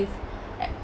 with